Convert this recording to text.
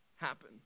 happen